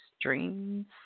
dreams